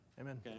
amen